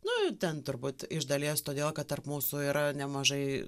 nu ten turbūt iš dalies todėl kad tarp mūsų yra nemažai